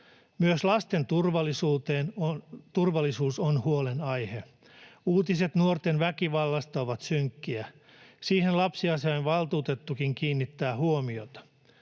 Myös lasten turvallisuus on huolenaihe. Uutiset nuorten väkivallasta ovat synkkiä. Siihen lapsiasiainvaltuutettukin kiinnittää huomiota.